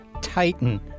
Titan